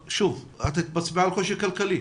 שוב, את מצביעה על קושי כלכלי